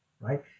right